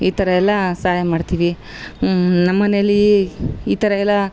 ಈ ಥರ ಎಲ್ಲ ಸಹಾಯ ಮಾಡ್ತೀವಿ ನಮ್ಮ ಮನೇಲ್ಲೀ ಈ ಥರಯೆಲ